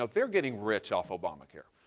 ah they're getting rich off obamacare.